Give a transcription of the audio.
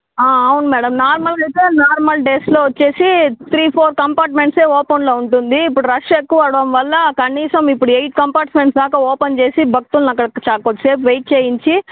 అవును మేడం నార్మల్గా అయితే నార్మల్ డేస్లో వచ్చేసి త్రీ ఫోర్ కంపార్ట్మెంట్సే ఓపెన్లో ఉంటుంది ఇప్పుడు రష్ ఎక్కువవ్వడం వల్ల కనీసం ఇప్పుడు ఎయిట్ కంపార్ట్మెంట్స్ దాకా ఓపెన్ చేసి భక్తులను అక్కడ కొద్దిసేపు వెయిట్ చెయ్యించి